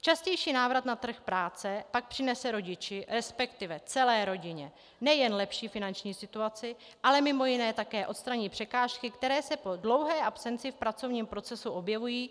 Častější návrat na trh práce pak přinese rodiči, resp. celé rodině, nejen lepší finanční situaci, ale mimo jiné také odstraní překážky, které se po dlouhé absenci v pracovním procesu objevují.